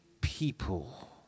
people